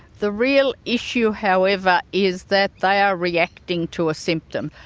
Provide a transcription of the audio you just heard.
the real issue however is that they are reacting to a symptom,